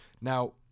Now